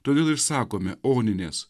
todėl išsakome oninės